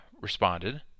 responded